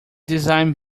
design